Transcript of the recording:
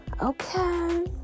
Okay